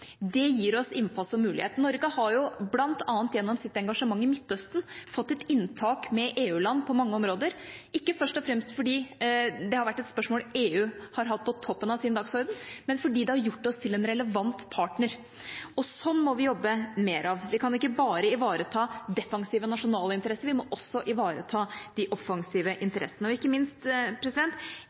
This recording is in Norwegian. Det gir oss innpass og mulighet. Norge har bl.a. gjennom sitt engasjement i Midtøsten fått et inntak med EU-land på mange områder, ikke først og fremst fordi det har vært et spørsmål EU har hatt på toppen av sin dagsorden, men fordi det har gjort oss til en relevant partner. Sånn må vi jobbe mer. Vi kan ikke bare ivareta defensive nasjonale interesser, vi må også ivareta de offensive interessene. Ikke minst: